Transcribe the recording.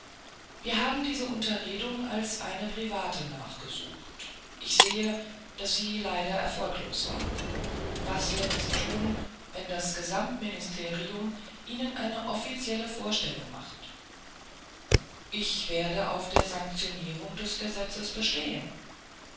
wir haben diese unterredung als eine private nachgesucht ich sehe daß sie leider erfolglos war was werden sie tun wenn das gesamtministerium ihnen eine offizielle vorstellung macht ich werde auf der sanktionierung des gesetzes bestehen